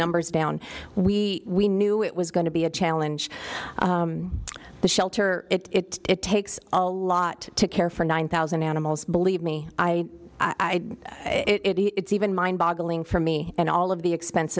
numbers down we we knew it was going to be a challenge the shelter it takes a lot to care for nine thousand animals believe me i i it it's even mind boggling for me and all of the expense